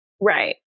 Right